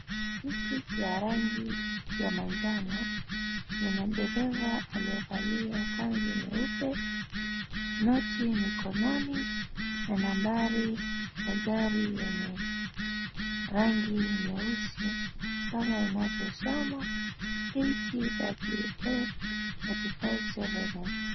Tuktuk ya rangi ya manjano. Ina dereva aliyevalia kanzu nyeupe, noti mkononi na nambari ya gari yenye rangi nyeusi kama inavyosomwa KTWA 357X.